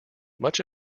much